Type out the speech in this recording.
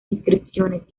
inscripciones